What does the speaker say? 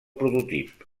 prototip